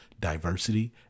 diversity